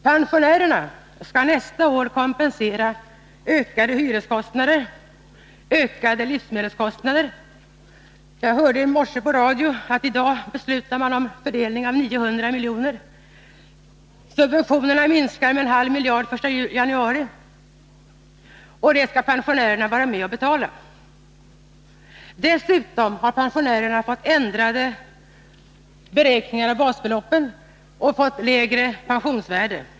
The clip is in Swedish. Pensionärerna skall nästa år kompensera ökade hyreskostnader och ökade livsmedelskostnader. Jag hörde i morse på radio att man i dag beslutar om fördelning av 900 miljoner. Subventionerna minskar den 1 januari med en halv miljard, och det skall pensionärerna vara med och betala. Dessutom har pensionärerna drabbats av ändrade beräkningar av basbeloppen och fått lägre pensionsvärde.